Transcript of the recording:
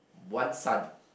one son